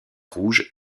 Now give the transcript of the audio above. rouges